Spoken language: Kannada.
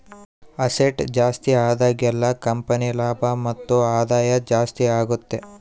ಅಸೆಟ್ ಜಾಸ್ತಿ ಆದಾಗೆಲ್ಲ ಕಂಪನಿ ಲಾಭ ಮತ್ತು ಆದಾಯ ಜಾಸ್ತಿ ಆಗುತ್ತೆ